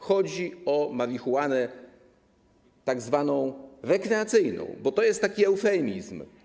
Chodzi o marihuanę tzw. rekreacyjną, bo to jest taki eufemizm.